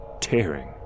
tearing